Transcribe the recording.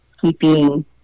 keeping